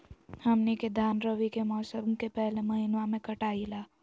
हमनी के धान रवि के मौसम के पहले महिनवा में कटाई ला